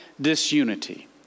disunity